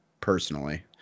personally